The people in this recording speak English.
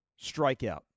strikeout